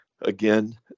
again